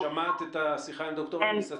שמעת את השיחה עם ד"ר אניס?